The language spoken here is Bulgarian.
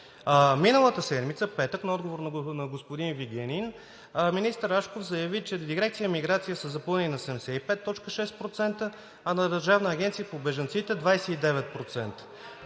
Миналата седмица, в петък, на отговор на господин Вигенин министър Рашков заяви, че на Дирекция „Миграция“ са запълнени на 75,6%, а на Държавна агенция по бежанците 29%.